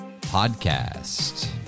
Podcast